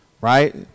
Right